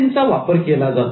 चा वापर केला जातो